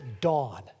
dawn